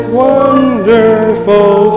wonderful